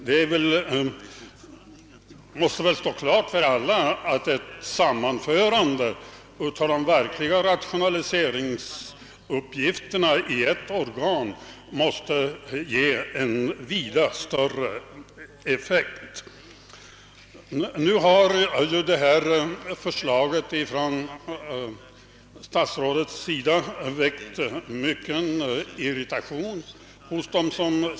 Det bör väl stå klart för alla att ett sammanförande av de verkliga rationaliseringsuppgifterna i ett organ måste ge en vida större effekt. Statsrådets föreliggande förslag har väckt mycken irritation på en del håll.